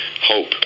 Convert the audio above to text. hope